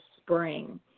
spring